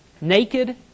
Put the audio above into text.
naked